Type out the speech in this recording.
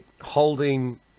holding